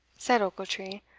said ochiltree,